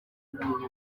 bitangaza